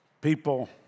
People